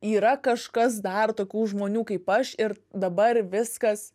yra kažkas dar tokių žmonių kaip aš ir dabar viskas